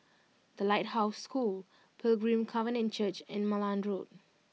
The Lighthouse School Pilgrim Covenant Church and Malan Road